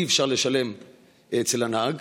אי-אפשר לשלם אצל הנהג.